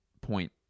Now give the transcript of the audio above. point